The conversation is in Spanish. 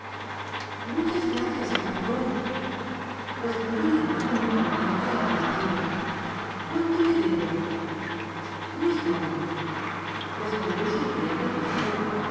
muchas gracias cazador respondió la madre muy contenta y agradecida cuánto le debo no es nada respondió sonriendo el cazador